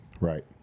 Right